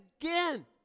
again